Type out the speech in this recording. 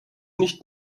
nicht